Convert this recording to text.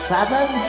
Seven